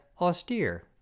austere